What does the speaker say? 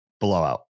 blowout